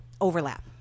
overlap